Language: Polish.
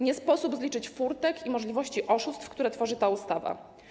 Nie sposób zliczyć furtek i możliwości oszustw, które tworzy ta ustawa.